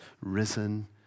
risen